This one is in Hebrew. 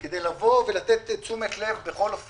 כדי לתת תשומת לב בין,